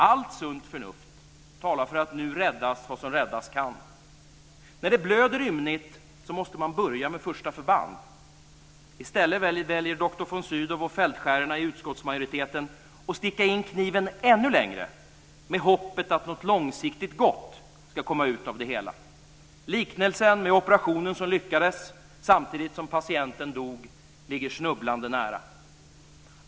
Allt sunt förnuft talar för att nu rädda vad som räddas kan. När det blöder ymnigt måste man börja med första förband. I stället väljer doktor von Sydow och fältskärerna i utskottsmajoriteten att sticka in kniven ännu längre med hoppet om att något långsiktigt gott ska komma ut av det hela. Liknelsen med operationen som lyckades samtidigt som patienten dog ligger snubblande nära.